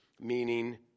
meaning